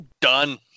Done